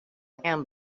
him